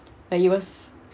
like it was